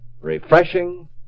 refreshing